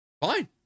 fine